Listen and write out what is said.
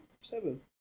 Seven